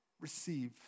receive